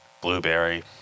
blueberry